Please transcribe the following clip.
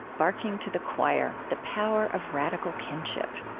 barking to the choir the power of radical kinship